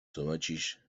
zobaczysz